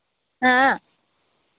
ହାଁ